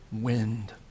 wind